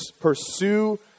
pursue